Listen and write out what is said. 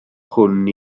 hwn